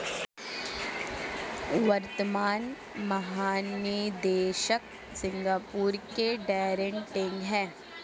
वर्तमान महानिदेशक सिंगापुर के डैरेन टैंग हैं